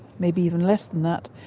maybe even less than that,